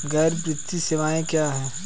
गैर वित्तीय सेवाएं क्या हैं?